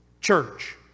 church